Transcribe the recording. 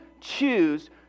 choose